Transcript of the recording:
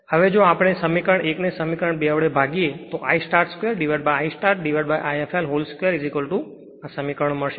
હવે જો આપણે સમીકરણ 1ને સમીકરણ 2 વડે ભાગીએ તો I start 2I startI fl whole 2 આ સમીકરણ મળશે